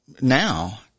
now